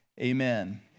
amen